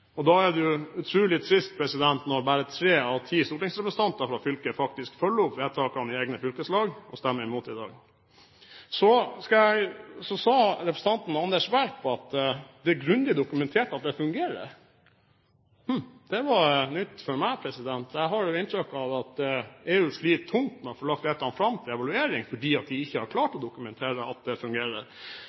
datalagringsdirektivet. Da er det utrolig trist når bare tre av ti stortingsrepresentanter fra fylket faktisk følger opp vedtakene i egne fylkeslag og stemmer imot i dag. Representanten Anders B. Werp sa at det er grundig dokumentert at det fungerer. Det var nytt for meg. Jeg har inntrykk av at EU sliter tungt med å få lagt dette fram til evaluering, fordi man ikke har klart å dokumentere at det fungerer.